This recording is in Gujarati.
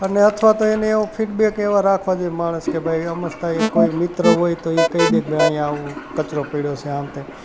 અને અથવા તો એને એવો ફિડબેક એવા રાખવા જોઈ માણસ કે ભાઈ અમસ્થા એ કોઈ મિત્ર હોય તો એ કહી દે કે અહીંયાઆવું કચરો પડ્યો છે આમ તેમ